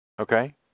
Okay